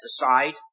aside